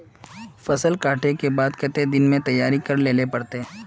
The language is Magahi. फसल कांटे के बाद कते दिन में तैयारी कर लेले पड़ते?